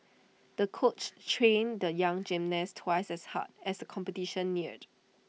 the coach trained the young gymnast twice as hard as competition neared